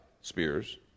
spears